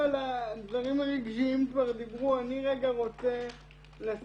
שעל הדברים הרגשיים כבר דיברו אני רגע רוצה לשים